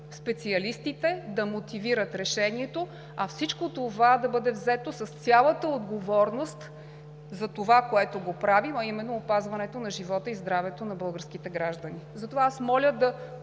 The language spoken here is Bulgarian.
специалистите да мотивират решението, а всичко това да бъде взето с цялата отговорност за това, което го правим, а именно опазването на живота и здравето на българските граждани. Затова аз моля да